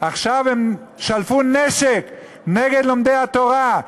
עכשיו הם שלפו נשק נגד לומדי התורה,